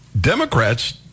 Democrats